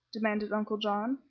demanded uncle john,